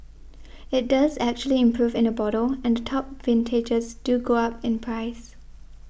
it does actually improve in the bottle and the top vintages do go up in price